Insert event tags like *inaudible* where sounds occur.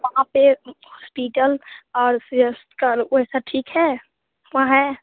वहाँ पे *unintelligible* और *unintelligible* ऐसा ठीक है वहाँ है